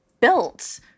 built